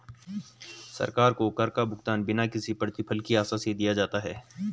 सरकार को कर का भुगतान बिना किसी प्रतिफल की आशा से दिया जाता है